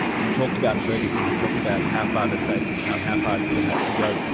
he talked about ferguson, he talked about how far the states had come, how far it still had to go.